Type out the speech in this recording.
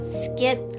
skip